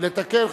לתקן,